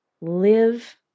live